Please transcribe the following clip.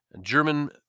German